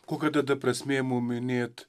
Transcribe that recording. kokia tada prasmė mum minėt